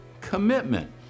commitment